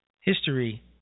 History